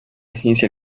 ciencia